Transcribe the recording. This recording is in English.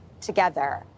together